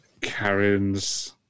karens